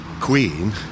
Queen